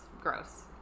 gross